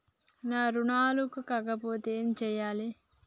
నా రుణాలు కాకపోతే ఏమి చేయాలి?